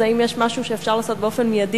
האם יש משהו שאפשר לעשות באופן מיידי